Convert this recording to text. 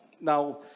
Now